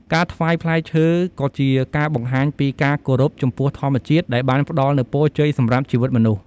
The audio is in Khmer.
ការថ្វាយផ្លែឈើក៏ជាការបង្ហាញពីការគោរពចំពោះធម្មជាតិដែលបានផ្តល់នូវពរជ័យសម្រាប់ជីវិតមនុស្ស។